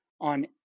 on